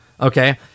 Okay